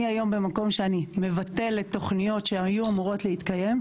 אני היום במקום שאני מבטלת תוכניות שהיו אמורות להתקיים.